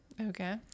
Okay